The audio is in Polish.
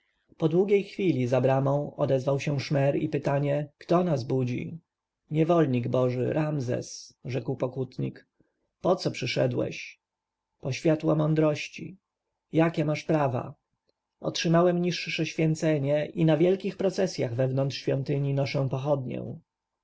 po długiej chwili za bramą rozległ się szmer i pytanie kto nas budzi niewolnik boży ramzes rzekł pokutnik poco przyszedłeś po światło mądrości jakie masz prawa otrzymałem niższe święcenia i na wielkich procesjach wewnątrz świątyni noszę pochodnię